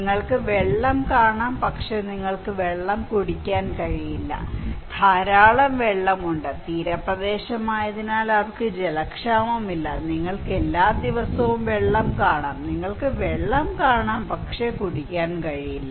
നിങ്ങൾക്ക് വെള്ളം കാണാം പക്ഷേ നിങ്ങൾക്ക് വെള്ളം കുടിക്കാൻ കഴിയില്ല ധാരാളം വെള്ളമുണ്ട് തീരപ്രദേശമായതിനാൽ അവർക്ക് ജലക്ഷാമം ഇല്ല നിങ്ങൾക്ക് എല്ലാ ദിവസവും വെള്ളം കാണാം നിങ്ങൾക്ക് വെള്ളം കാണാം പക്ഷേ നിങ്ങൾക്ക് വെള്ളം കുടിക്കാൻ കഴിയില്ല